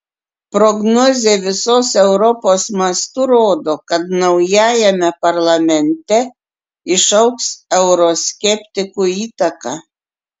prognozė visos europos mastu rodo kad naujajame parlamente išaugs euroskeptikų įtaka